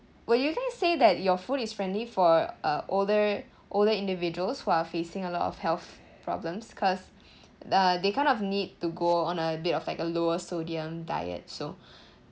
will you guys say that your food is friendly for uh older older individuals who are facing a lot of health problems because uh they kind of need to go on a bit of like a lower sodium diet so